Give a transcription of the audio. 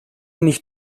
nicht